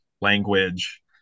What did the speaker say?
language